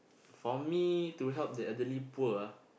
for me to help the elderly poor